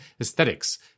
Aesthetics